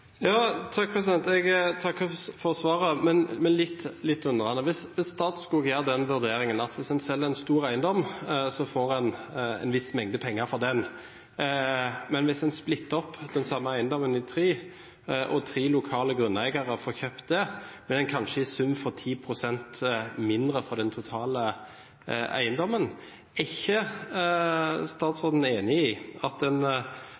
får en en viss mengde penger for den, mens hvis en splitter opp den samme eiendommen i tre, og tre lokale grunneiere får kjøpt den, vil en kanskje i sum få 10 pst. mindre for den totale eiendommen. Er ikke statsråden enig i at